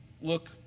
look